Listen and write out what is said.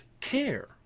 care